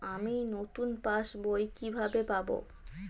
আমি নতুন passbook কিভাবে পাব?